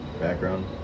background